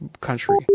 country